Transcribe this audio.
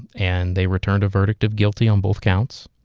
and they returned a verdict of guilty on both counts.